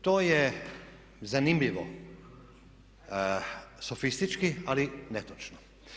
To je zanimljivo sofistički ali netočno.